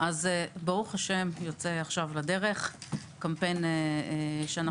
-- עכשיו יוצא לדרך הקמפיין שאנחנו מכינים.